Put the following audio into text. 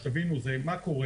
הרי מה קורה?